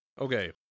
Okay